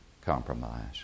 compromise